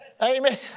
Amen